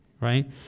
right